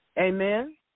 Amen